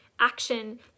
action